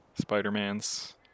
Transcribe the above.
Spider-Man's